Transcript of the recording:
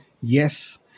Yes